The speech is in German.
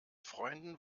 freunden